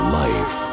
life